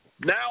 Now